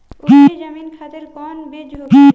उपरी जमीन खातिर कौन बीज होखे?